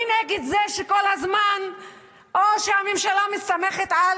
אני נגד זה שכל הזמן או שהממשלה מסתמכת על